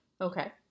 Okay